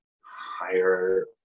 higher